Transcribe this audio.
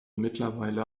mittlerweile